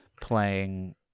playing